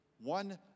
one